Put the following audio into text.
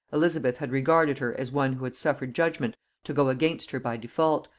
elizabeth had regarded her as one who had suffered judgement to go against her by default,